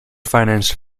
financed